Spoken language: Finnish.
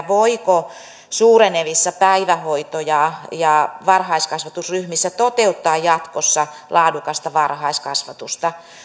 voiko suurenevissa päivähoito ja ja varhaiskasvatusryhmissä toteuttaa jatkossa laadukasta varhaiskasvatusta